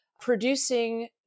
producing